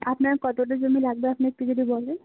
আপনার কতটা জমি লাগবে আপনি একটু যদি বলেন